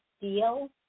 deal